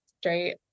straight